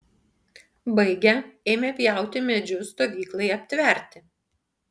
baigę ėmė pjauti medžius stovyklai aptverti